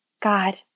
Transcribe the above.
God